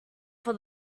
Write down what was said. for